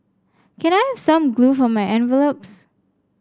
can I have some glue for my envelopes